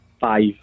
Five